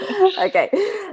Okay